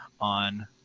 on